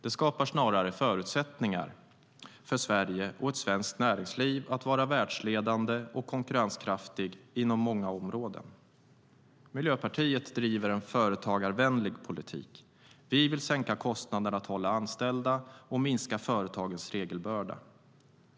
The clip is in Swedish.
Det skapar snarare förutsättningar för Sverige och ett svenskt näringsliv att vara världsledande och konkurrenskraftiga inom många områden. Miljöpartiet driver en företagarvänlig politik. Vi vill sänka kostnaderna för att hålla anställda och minska företagens regelbörda.